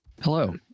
hello